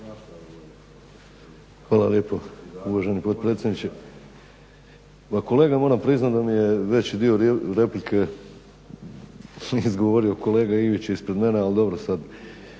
Hvala lijepo uvaženi potpredsjedniče. Pa kolega moram priznat da mi je veći dio replike izgovorio kolega Ivić ispred mene, ali dobro sad